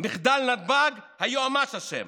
מחדל נתב"ג, היועץ המשפטי אשם,